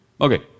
Okay